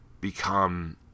become